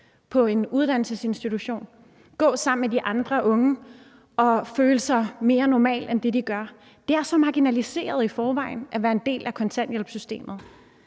på en uddannelsesinstitution og gå sammen med de andre unge og føle sig mere normale, end de gør – det gør en så marginaliseret i forvejen at være en del af kontanthjælpssystemet